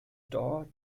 door